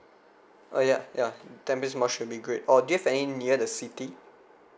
oh yeah yeah tampines mall should be great or do you have any near the city